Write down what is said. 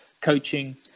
coaching